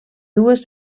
dues